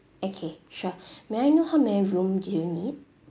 okay sure may I know how many room do you need